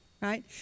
right